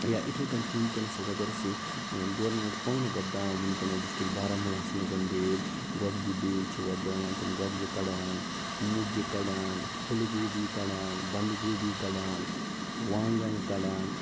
یا یِتھے کٔنۍ چھِ وُنٛکیٚس اگر اسہِ یہِ گورمیٚنٛٹ پانہٕ وۄبداوان وُنٛکیٚس ڈسٹِرٛک بارہمولہ ہَس مَنز بیٛٲلۍ گۄگجہ بیٛٲلۍ چھِ وۄبداوان تِم گۄگجہ کڑان مُجہ کڑان فُل گوٗبی کڑان بنٛد گوٗبی کڑان وانٛگن کڑان